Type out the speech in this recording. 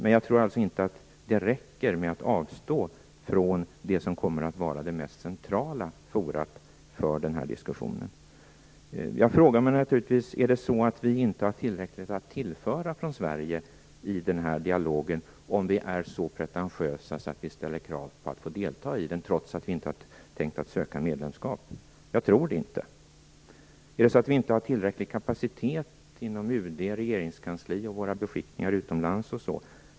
Men jag tror inte att det räcker med att avstå från det som kommer att vara det mest centrala forumet för denna diskussion. Jag frågar mig naturligtvis om Sverige inte har tillräckligt att tillföra denna dialog, om vi nu skulle vara så pretentiösa att vi ställer krav på att få delta i den trots att vi inte har tänkt att söka medlemskap. Jag tror inte att det är så. Finns det inte tillräcklig kapacitet inom UD, regeringskansliet och våra beskickningar utomlands osv.?